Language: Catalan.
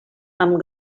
amb